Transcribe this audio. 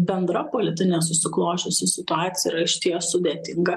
bendra politinė susiklosčiusi situacija yra išties sudėtinga